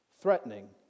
threatening